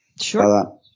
Sure